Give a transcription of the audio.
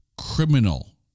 criminal